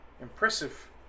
impressive